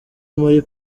muli